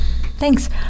Thanks